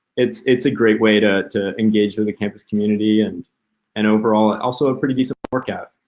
it's it's a great way to to engage with the campus community and an overall also a pretty decent workout.